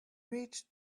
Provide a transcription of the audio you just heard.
reached